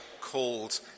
called